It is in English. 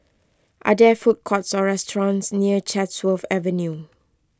are there food courts or restaurants near Chatsworth Avenue